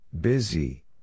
Busy